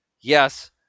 yes